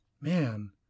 Man